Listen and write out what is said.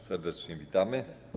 Serdecznie witamy.